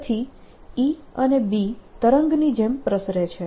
તેથી E અને B તરંગની જેમ પ્રસરે છે